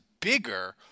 bigger